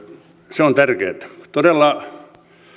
se on tärkeätä todella